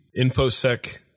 InfoSec